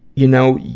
you know,